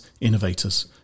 innovators